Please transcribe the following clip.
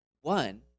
one